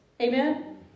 Amen